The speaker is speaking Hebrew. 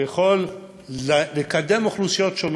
שיכול לקדם אוכלוסיות שונות,